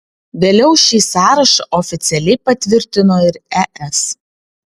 vėliau šį sąrašą oficialiai patvirtino ir es